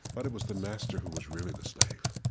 but it was the master who was really the slave.